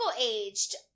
aged